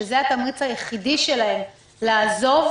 שזה התמריץ היחידי שלהם לעזוב,